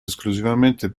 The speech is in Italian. esclusivamente